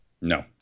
No